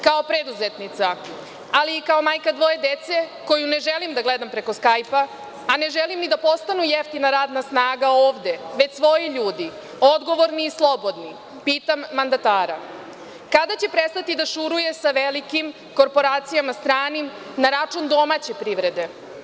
Kao preduzetnica, ali i kao majka dvoje dece, koju ne želim da gledam preko skajpa, a ne želim ni da postanu jeftina radna snaga ovde, već svoji ljudi, odgovorni i slobodni, pitam mandatara - kada će prestati da šuruje sa velikim korporacijama stranim na račun domaće privrede?